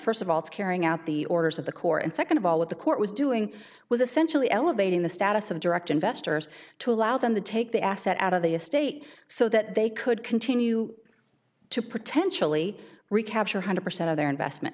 first of all to carrying out the orders of the court and second of all what the court was doing was essentially elevating the status of direct investors to allow them to take the asset out of the estate so that they could continue to potentially recapture hundred percent of their investment